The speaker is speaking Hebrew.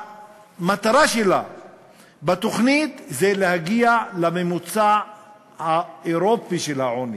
המטרה שלה בתוכנית היא להגיע לממוצע האירופי של העוני.